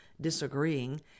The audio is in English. disagreeing